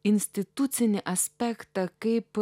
institucinį aspektą kaip